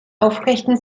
aufrechten